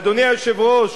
אדוני היושב-ראש,